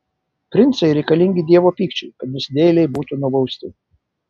princai reikalingi dievo pykčiui kad nusidėjėliai būtų nubausti